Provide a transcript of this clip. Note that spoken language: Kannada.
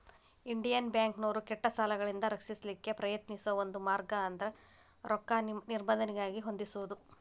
ಇಂಡಿಯನ್ ಬ್ಯಾಂಕ್ನೋರು ಕೆಟ್ಟ ಸಾಲಗಳಿಂದ ರಕ್ಷಿಸಲಿಕ್ಕೆ ಪ್ರಯತ್ನಿಸೋ ಒಂದ ಮಾರ್ಗ ಅಂದ್ರ ರೊಕ್ಕಾ ನಿಬಂಧನೆಯಾಗಿ ಹೊಂದಿಸೊದು